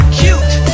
cute